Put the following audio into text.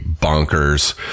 bonkers